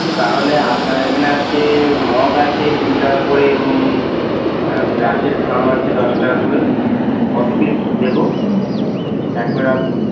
ও তাহলে আপনার এখানে আছে মগ আছে কুড়ি টাকা করে এবং ব্রাশের খাম আছে দশ টাকা করে কত পিস দেবো প্যাক করে রাখব